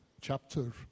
chapter